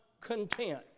content